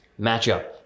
matchup